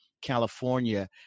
California